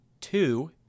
Two